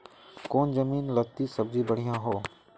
कौन जमीन लत्ती सब्जी बढ़िया हों?